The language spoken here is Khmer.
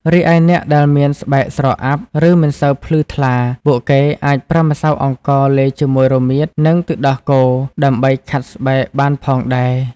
រីឯអ្នកដែលមានស្បែកស្រអាប់ ឬមិនសូវភ្លឺថ្លា ពួកគេអាចប្រើម្សៅអង្ករលាយជាមួយរមៀត និង ទឹកដោះគោ ដើម្បីខាត់ស្បែកបានផងដេរ។